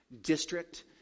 district